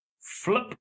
Flip